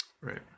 Right